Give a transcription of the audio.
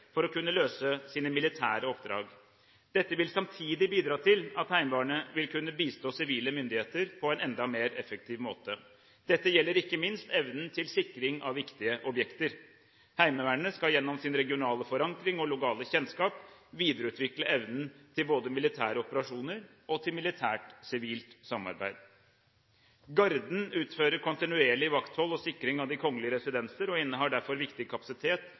for at de skal kunne løse sine militære oppdrag. Dette vil samtidig bidra til at Heimevernet vil kunne bistå sivile myndigheter på en enda mer effektiv måte. Dette gjelder ikke minst evnen til sikring av viktige objekter. Heimevernet skal gjennom sin regionale forankring og lokale kjennskap videreutvikle evnen til både militære operasjoner og til militært-sivilt samarbeid. Garden utfører kontinuerlig vakthold og sikring av de kongelige residenser og innehar derfor viktig kapasitet